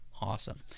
Awesome